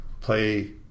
play